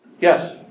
Yes